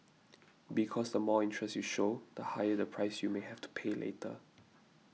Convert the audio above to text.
because the more interest you show the higher the price you may have to pay later